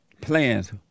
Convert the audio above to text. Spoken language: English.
plans